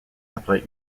après